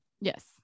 yes